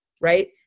right